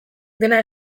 dena